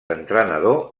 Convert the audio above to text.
entrenador